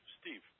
Steve